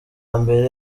mbere